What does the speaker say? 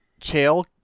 Chael